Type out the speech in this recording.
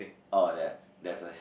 orh there there's a